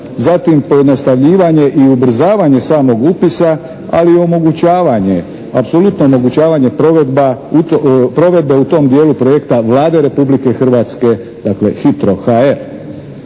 zatim pojednostavljivanje i ubrzavanje samog upisa ali i omogućavanje, apsolutno omogućavanje provedbe u tom dijelu projekta Vlade Republike Hrvatske dakle, HITRO.HR.